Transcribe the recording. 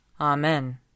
Amen